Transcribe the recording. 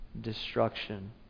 destruction